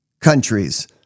countries